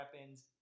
weapons